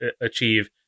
achieve